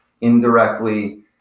indirectly